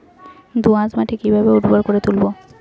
দোয়াস মাটি কিভাবে উর্বর করে তুলবো?